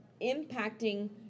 impacting